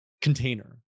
container